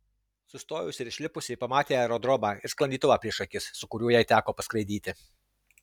sustojusi ir išlipusi ji pamatė aerodromą ir sklandytuvą prieš akis su kuriuo jai teko paskraidyti